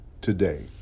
today